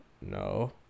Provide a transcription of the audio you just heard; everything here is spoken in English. No